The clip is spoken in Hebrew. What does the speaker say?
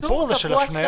זה הסיפור של ההפנייה.